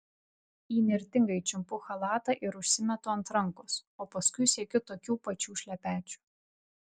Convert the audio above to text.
įnirtingai čiumpu chalatą ir užsimetu ant rankos o paskui siekiu tokių pačių šlepečių